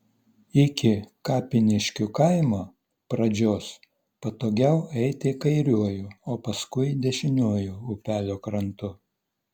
iki kapiniškių kaimo pradžios patogiau eiti kairiuoju o paskui dešiniuoju upelio krantu